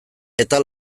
eta